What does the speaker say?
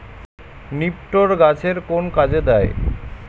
নিপটর গাছের কোন কাজে দেয়?